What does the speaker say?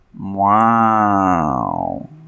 Wow